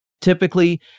Typically